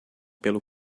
pelo